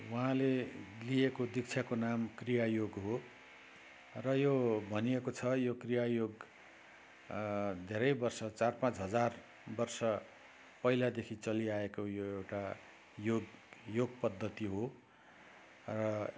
उहाँले लिएको दीक्षाको नाम क्रियायोग हो र यो भनिएको छ यो क्रियायोग धेरै वर्ष चार पाँच हजार वर्ष पहिलादेखि चलिआएको यो एउटा योग योग पद्धति हो र